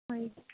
white